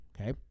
okay